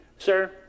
Sir